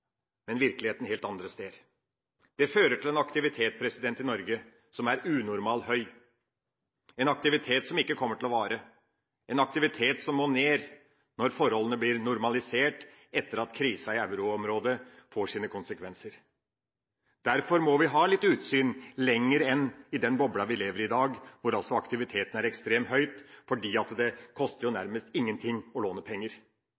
men virkeligheten helt andre steder. Det fører til en aktivitet i Norge som er unormal høy – en aktivitet som ikke kommer til å vare, en aktivitet som må ned når forholdene blir normalisert etter at krisa i euroområdet får sine konsekvenser. Derfor må vi ha litt utsyn – lenger enn i den bobla vi lever i i dag, der aktiviteten er ekstrem høy fordi det koster nærmest ingenting å låne penger.